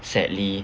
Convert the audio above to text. sadly